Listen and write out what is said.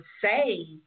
say